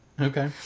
Okay